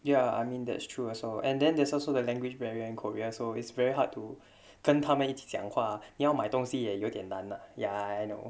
ya I mean that's true also and then there's also the language barrier in korea so it's very hard to 跟他们一起讲话要卖东西也有点 done ya I know